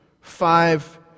five